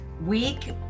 week